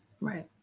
Right